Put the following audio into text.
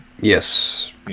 Yes